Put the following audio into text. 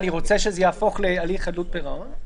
אני רוצה שזה יהפוך להליך חדלות פירעון?